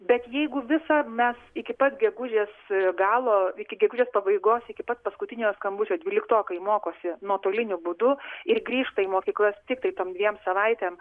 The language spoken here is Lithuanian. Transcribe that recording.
bet jeigu visą mes iki pat gegužės galo iki gegužės pabaigos iki pat paskutiniojo skambučio dvyliktokai mokosi nuotoliniu būdu ir grįžta į mokyklas tiktai tom dviem savaitėm